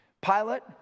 Pilate